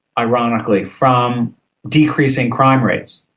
ironically, from decreasing crime rates.